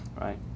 Right